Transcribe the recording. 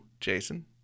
Jason